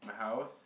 my house